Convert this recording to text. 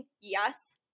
Yes